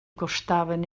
costaven